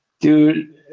Dude